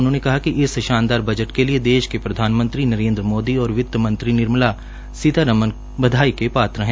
उन्होंने कहा कि शानदान बजट के लिये देश के प्रधानमंत्री नरेन्द्र मोदी और वित्तमंत्री श्रीमती निर्मला सीतारमन बधाई के पात्र है